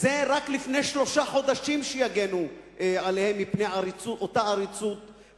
רק לפני שלושה חודשים שיגנו עליהם מפני עריצות הרוב.